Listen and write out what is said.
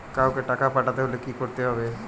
কাওকে টাকা পাঠাতে হলে কি করতে হবে?